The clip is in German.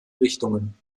richtungen